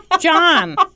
John